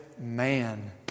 man